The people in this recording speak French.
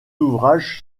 ouvrages